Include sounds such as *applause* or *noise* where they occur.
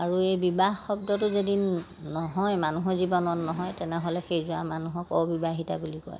আৰু এই বিবাহ শব্দটো যদি নহয় মানুহৰ জীৱনত নহয় তেনেহ'লে সেই *unintelligible* মানুহক অবিবাহিতা বুলি কয়